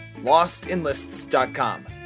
LostInLists.com